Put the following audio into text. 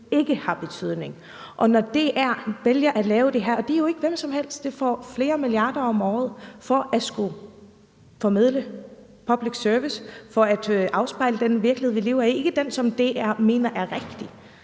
ikke har betydning. DR vælger at lave det her, og de er jo ikke hvem som helst. DR får flere milliarder kroner om året for at skulle formidle public service og for at afspejle den virkelighed, vi lever i, og ikke den, som DR mener er rigtig.